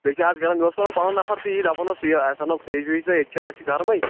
بیٚیہِ چھِ اَز گرم مےٚ اوس ونان پَنُن نفر تہِ دپان اوس یہِ أسۍ اَنو فِریج وِرٕج تہٕ ییٚتہِ چھِ اَز گرمٕے